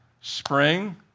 spring